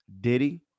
Diddy